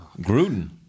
Gruden